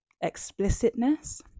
explicitness